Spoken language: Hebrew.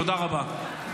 תודה רבה.